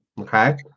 Okay